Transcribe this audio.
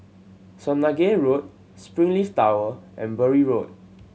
Swanage Road Springleaf Tower and Bury Road